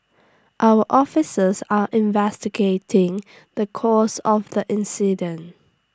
our officers are investigating the cause of the incident